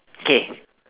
okay